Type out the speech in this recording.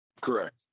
Correct